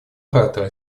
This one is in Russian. оратора